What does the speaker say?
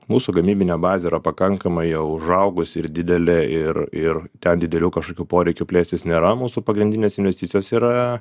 mūsų gamybinė bazė yra pakankamai užaugusi ir didelė ir ir ten didelių kažkokių poreikių plėstis nėra mūsų pagrindinės investicijos yra